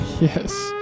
Yes